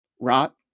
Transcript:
rot